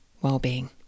well-being